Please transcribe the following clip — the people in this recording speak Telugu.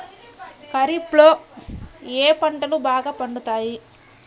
ఖరీఫ్లో ఏ పంటలు బాగా పండుతాయి?